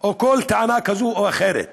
או כל טענה כזאת או אחרת,